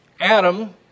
Adam